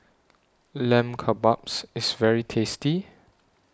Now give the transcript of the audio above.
Lamb Kebabs IS very tasty